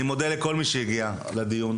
אני מודה לכל מי שהגיע לדיון,